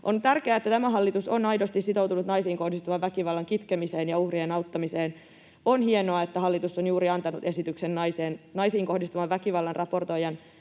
On tärkeää, että tämä hallitus on aidosti sitoutunut naisiin kohdistuvan väkivallan kitkemiseen ja uhrien auttamiseen. On hienoa, että hallitus on juuri antanut esityksen naisiin kohdistuvan väkivallan raportoijan